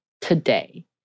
today